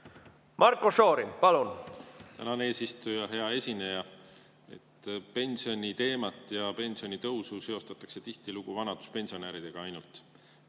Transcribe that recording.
Marko Šorin, palun! Tänan, eesistuja! Hea esineja! Pensioniteemat ja pensionitõusu seostatakse tihtilugu ainult vanaduspensionäridega. Minu